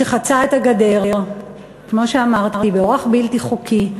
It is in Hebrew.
שחצה את הגדר, כמו שאמרתי, באורח בלתי חוקי.